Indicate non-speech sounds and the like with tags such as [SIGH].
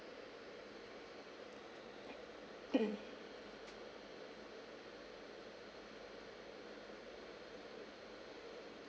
[COUGHS]